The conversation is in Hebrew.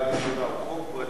הוא חוק פרטי או ממשלתי?